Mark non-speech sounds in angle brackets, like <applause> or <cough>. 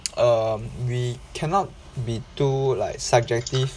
<noise> um we cannot be too like subjective